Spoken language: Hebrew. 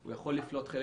הוא יכול לפלוט חלק